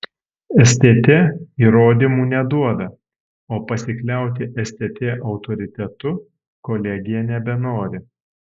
stt įrodymų neduoda o pasikliauti stt autoritetu kolegija nebenori